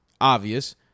obvious